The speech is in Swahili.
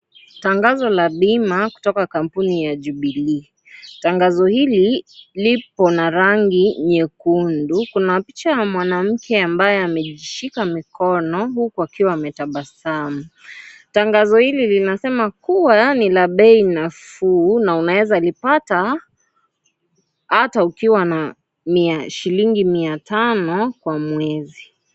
Tangazo ya bima kutoka kampuni ya Jubilee tangazo hili lipo na rangi nyekundu kuna picha ya mwanamke ambaye ameshika mkono huku akiwa ametabasamu tangazo hili linasema kuwa ni la bei nafuu na unaweza lipata hata ukiwa na shilingi mia tano kwa mwezi.